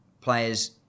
players